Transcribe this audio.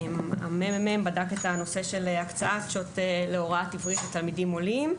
הממ"מ בדק את הנושא של הקצאת שעות להוראת עברית לתלמידים עולים,